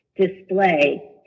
display